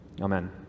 Amen